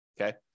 Okay